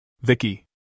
Vicky